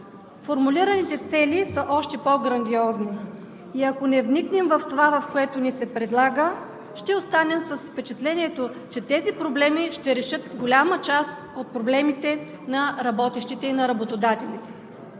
Формулираните цели са още по-грандиозни и ако не вникнем в това, което ни се предлага, ще останем с впечатлението, че тези промени ще решат голяма част от проблемите на работещите и на работодателите.